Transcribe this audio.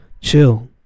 chill